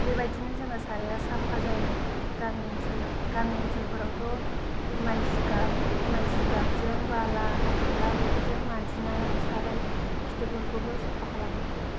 बेबायदिनो जोंना साराया साफा जायो आरो गामि ओनसोल गामि ओनसोलफोरावथ' माइ जिगाब माइ जिगाबजों बाला हाथ'फ्ला बेफोरजों मानजिनानै साराय खिथु फोरखौबो साफा खालामो